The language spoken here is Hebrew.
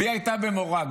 היא הייתה במורג.